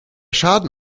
schaden